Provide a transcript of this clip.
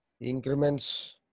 Increments